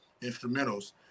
instrumentals